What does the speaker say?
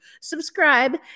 subscribe